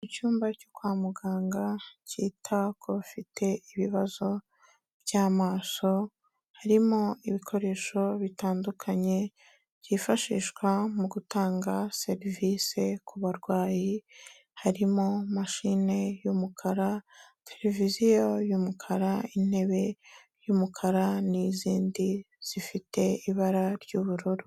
Icyumba cyo kwa muganga cyita ku bafite ibibazo by'amaso, harimo ibikoresho bitandukanye, byifashishwa mu gutanga serivise ku barwayi, harimo mashine y'umukara, televiziyo y'umukara, intebe y'umukara n'izindi zifite ibara ry'ubururu.